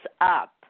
up